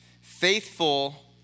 Faithful